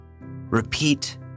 Repeat